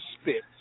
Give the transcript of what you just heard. spit